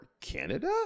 Canada